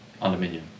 aluminium